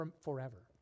forever